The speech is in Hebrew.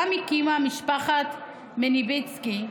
שאותה הקימה משפחת מיניביצקי,